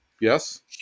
Yes